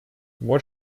вот